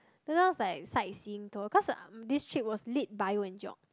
then i was like like sight seeing tour cause um this trip was lit bio and geog